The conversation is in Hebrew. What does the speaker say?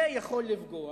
זה יכול לפגוע